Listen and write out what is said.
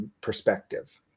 perspective